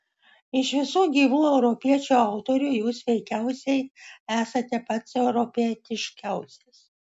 iš visų gyvų europiečių autorių jūs veikiausiai esate pats europietiškiausias